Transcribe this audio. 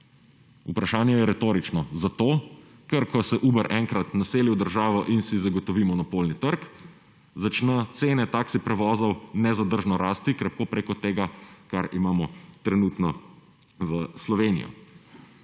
Vprašanje je retorično. Zato, ker ko se Uber enkrat naseli v državo in si zagotovi monopolni trg, začno cene taksi prevozov nezadržno rasti, krepko preko tega, kar imamo trenutno v Sloveniji.